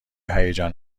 هیجان